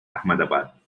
ahmedabad